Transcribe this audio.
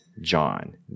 John